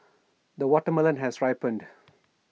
the watermelon has ripened